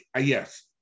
yes